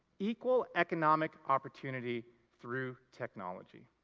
equal economic opportunity through technology.